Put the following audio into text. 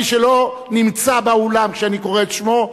מי שלא נמצא באולם כשאני קורא את שמו,